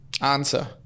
answer